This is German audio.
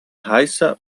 heißer